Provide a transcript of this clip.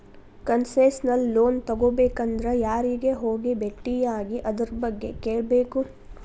Concessional loan ತಗೊಬೇಕಂದ್ರ ಯಾರಿಗೆ ಹೋಗಿ ಬೆಟ್ಟಿಯಾಗಿ ಅದರ್ಬಗ್ಗೆ ಕೇಳ್ಬೇಕು?